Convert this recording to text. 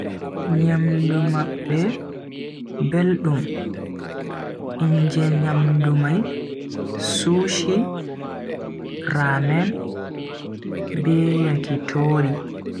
Nyamdu mabbe beldum, inde nyamdu mai sushi, ramen be yakitori.